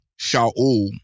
Shaul